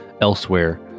elsewhere